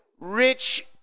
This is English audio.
rich